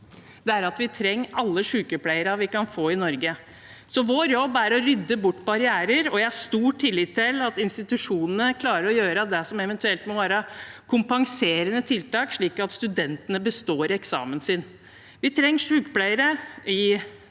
vet, er at vi trenger alle sykepleiere vi kan få i Norge. Vår jobb er å rydde bort barrierer, og jeg har stor tillit til at institusjonene klarer å gjøre det som eventuelt må være kompenserende tiltak, slik at studentene består eksamen. Vi trenger sykepleiere i